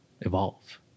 evolve